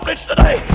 Today